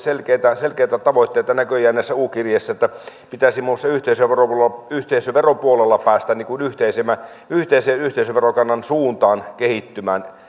ihan selkeitä tavoitteita näissä u kirjeissä että pitäisi muun muassa yhteisöveropuolella yhteisöveropuolella päästä yhteisen yhteisöverokannan suuntaan kehittymään